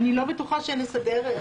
אני לא בטוחה שנסדר את